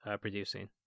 producing